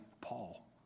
Paul